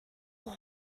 will